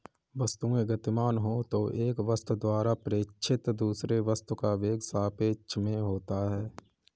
वस्तुएं गतिमान हो तो एक वस्तु द्वारा प्रेक्षित दूसरे वस्तु का वेग सापेक्ष में होता है